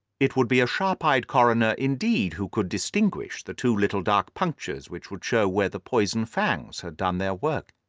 it would be a sharp-eyed coroner, indeed, who could distinguish the two little dark punctures which would show where the poison fangs had done their work.